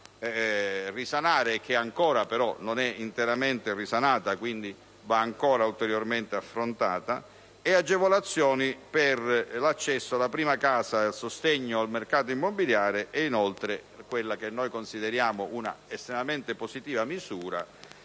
risanare e che ancora non è interamente risanata, quindi va ulteriormente affrontata), le agevolazioni per l'accesso alla prima casa e il sostegno al mercato immobiliare; inoltre, vi è quella che consideriamo una misura estremamente positiva, ossia